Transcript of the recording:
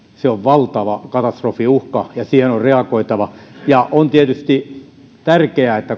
se on valtava katastrofiuhka ja siihen on reagoitava on tietysti tärkeää että